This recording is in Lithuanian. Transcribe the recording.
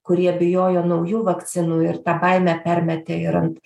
kurie bijojo naujų vakcinų ir tą baimę permetė ir ant